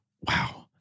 Wow